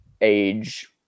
age